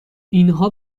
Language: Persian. اینها